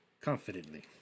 confidently